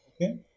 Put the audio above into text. okay